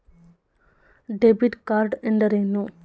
Debit card ಎಂದರೇನು?